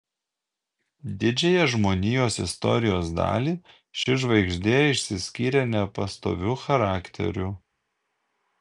didžiąją žmonijos istorijos dalį ši žvaigždė išsiskyrė nepastoviu charakteriu